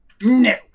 No